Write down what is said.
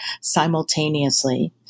simultaneously